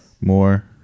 more